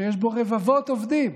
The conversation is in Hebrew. שיש בו רבבות עובדים,